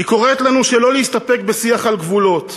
היא קוראת לנו שלא להסתפק בשיח על גבולות,